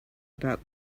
about